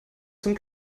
zum